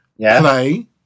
play